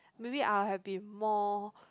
maybe I have to be more